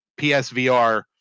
psvr